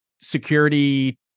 security